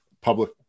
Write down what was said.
public